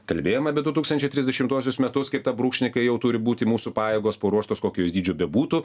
kalbėjom apie du tūkstančiai trisdešimtuosius metus kaip tą brūkšnį kai jau turi būti mūsų pajėgos paruoštos kokios dydžio bebūtų